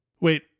Wait